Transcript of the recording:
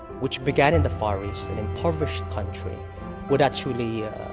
which began in the far east, an impoverished country would actually ah,